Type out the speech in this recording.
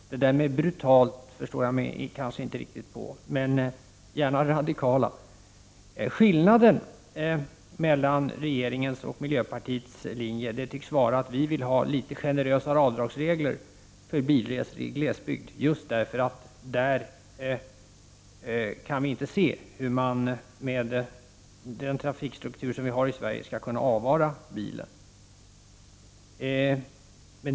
Det där med ”brutalt” förstår jag mig inte riktigt på, men vi ser gärna radikala åtgärder. Skillnaden mellan regeringens och miljöpartiets linje tycks vara att vi vill ha något generösare avdragsregler för bilresor i glesbygd, just därför att där kan vi inte se hur man — med den trafikstruktur som finns i Sverige — skall kunna avvara bilen.